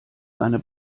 seine